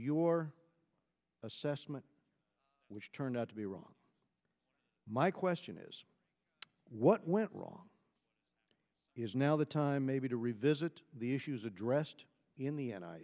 your assessment which turned out to be wrong my question is what went wrong is now the time maybe to revisit the issues addressed in the end i